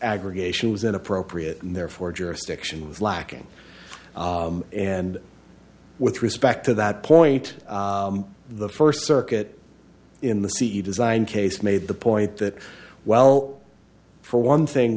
aggregation was inappropriate and therefore jurisdiction was lacking and with respect to that point the first circuit in the c e design case made the point that well for one thing